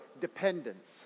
dependence